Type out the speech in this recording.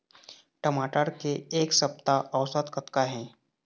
टमाटर के एक सप्ता औसत कतका हे?